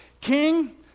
King